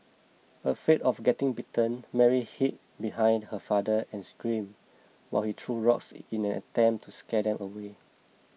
afraid of getting bitten Mary hid behind her father and screamed while he threw rocks in an attempt to scare them away